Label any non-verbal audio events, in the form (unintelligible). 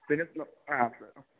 പിന്നെ (unintelligible)